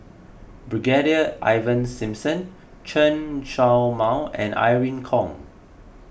Brigadier Ivan Simson Chen Show Mao and Irene Khong